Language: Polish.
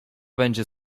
będzie